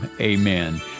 amen